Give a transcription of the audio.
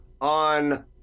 on